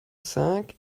cinq